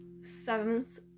seventh